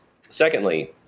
Secondly